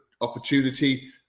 opportunity